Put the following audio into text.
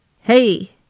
Hey